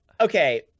okay